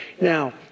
now